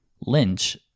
Lynch